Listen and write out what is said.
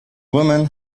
woman